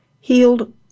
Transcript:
healed